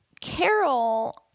Carol